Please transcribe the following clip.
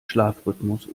schlafrhythmus